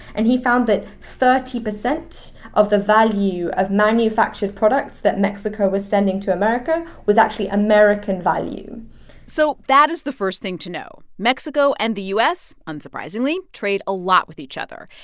and he found that thirty percent of the value of manufactured products that mexico was sending to america was actually american value so that is the first thing to know. mexico and the u s. unsurprisingly trade a lot with each other.